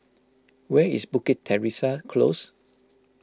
where is Bukit Teresa Close